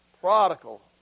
prodigal